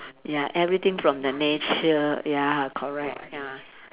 ya everything from the nature ya correct ya